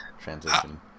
transition